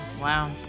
Wow